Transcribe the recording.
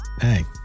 Hey